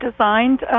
designed